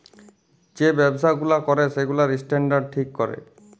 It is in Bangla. যে ব্যবসা গুলা ক্যরে সেগুলার স্ট্যান্ডার্ড ঠিক ক্যরে